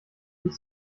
wich